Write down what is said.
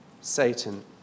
Satan